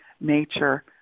nature